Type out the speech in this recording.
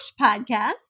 podcast